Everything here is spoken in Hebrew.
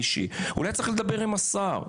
אולי צריך לדבר עם השר.